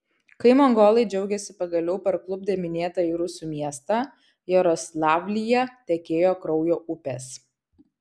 kai mongolai džiaugėsi pagaliau parklupdę minėtąjį rusų miestą jaroslavlyje tekėjo kraujo upės